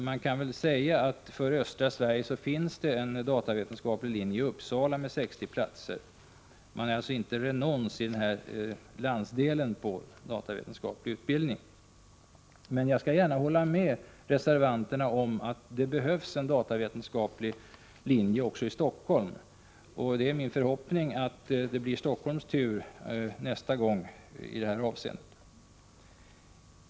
Man kan väl säga att det för östra Sverige finns en datavetenskaplig linje i Uppsala med 60 platser. Man är alltså inte renons på datavetenskaplig utbildning i den här landsdelen. Jag kan hålla med reservanterna om att det behövs en datavetenskaplig linje också i Stockholm. Det är min förhoppning att det blir Stockholms tur nästa gång i detta avseende.